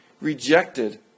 rejected